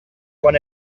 quan